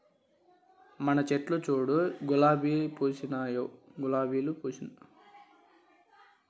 మన చెట్లు చూడు ఎన్ని గులాబీలు పూసినాయో